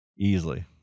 Easily